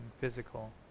physical